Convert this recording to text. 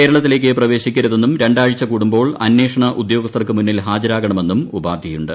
കേരളത്തിലേക്ക് പ്രവേശിക്കരുതെന്നും രണ്ടാഴ്ച കൂടുമ്പോൾ അന്വേഷണ ഉദ്യോഗസ്ഥർക്കു മുന്നിൽ ഹാജരാകണമെന്നും ഉപാധിയുണ്ട്